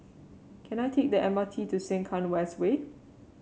can I take the M R T to Sengkang West Way